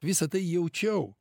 visa tai jaučiau